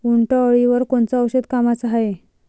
उंटअळीवर कोनचं औषध कामाचं हाये?